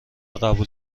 قبول